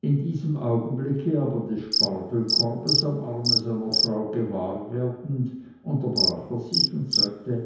in diesem augenblick aber des spargelkorbes am arme seiner frau gewahr werdend unterbrach er sich und sagte